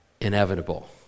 inevitable